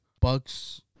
Bucks